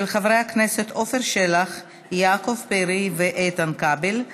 של חברי הכנסת עפר שלח, יעקב פרי ואיתן כבל.